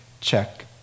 check